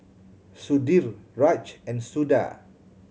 Sudhir Raj and Suda